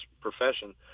profession